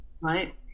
right